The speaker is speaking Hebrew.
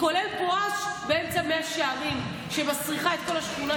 כולל בואש באמצע מאה שערים שמסריח את כל השכונה.